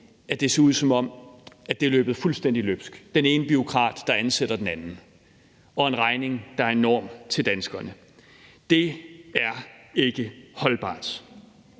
samtidig ser ud, som om det er løbet fuldstændig løbsk – med den ene bureaukrat, der ansætter den anden, og en regning, der er enorm, til danskerne. Det er ikke holdbart.